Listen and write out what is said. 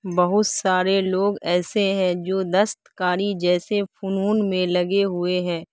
بہت سارے لوگ ایسے ہیں جو دستکاری جیسے فنون میں لگے ہوئے ہیں